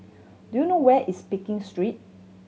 do you know where is Pekin Street